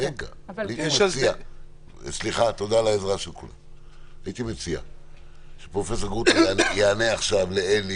הייתי מציע שפרופ' גרוטו יענה עכשיו לאלי